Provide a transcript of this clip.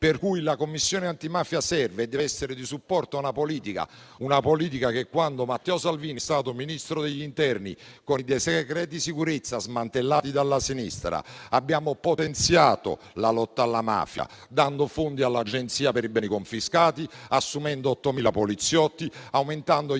droga. La Commissione antimafia serve e dev'essere di supporto alla politica, a una politica che, quando Matteo Salvini è stato Ministro dell'interno, con i decreti sicurezza, smantellati dalla sinistra, ha potenziato la lotta alla mafia, dando fondi all'agenzia per i beni confiscati, assumendo 8.000 poliziotti e aumentando gli